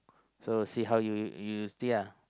so see how you you see ah